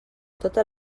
totes